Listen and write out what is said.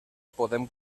podem